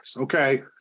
okay